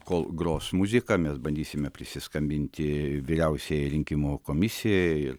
kol gros muziką mes bandysime prisiskambinti vyriausiajai rinkimų komisijai ir